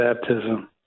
baptism